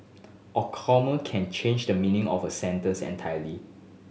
a comma can change the meaning of a sentence entirely